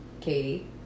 Katie